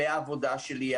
כלי העבודה שלי,